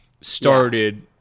started